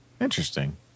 Interesting